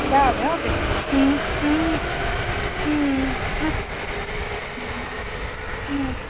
যা হবে হবে হুম হুম হুম হুহ হুম হুম